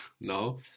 no